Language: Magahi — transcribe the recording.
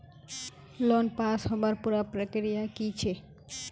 लोन पास होबार पुरा प्रक्रिया की छे?